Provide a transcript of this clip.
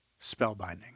Spellbinding